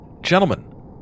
Gentlemen